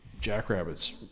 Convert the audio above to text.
jackrabbits